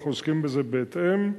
ואנחנו עוסקים בזה בהתאם.